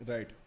Right